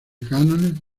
cánones